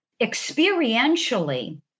experientially